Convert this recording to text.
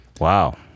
Wow